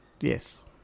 Yes